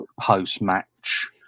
post-match